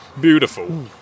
beautiful